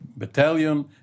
Battalion